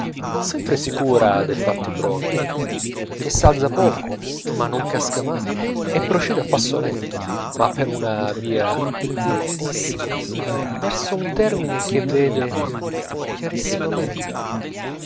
sempre sicura dei fatti propri che s'alza poco ma non casca mai e procede a passo lento ma per una via direttissima verso un termine che vede chiarissimamente